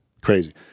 crazy